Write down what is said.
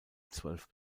zwölf